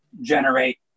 generate